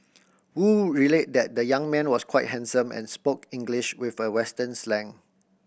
Wu relayed that the young man was quite handsome and spoke English with a western slang